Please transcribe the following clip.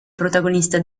protagonista